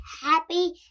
happy